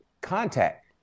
contact